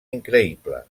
increïble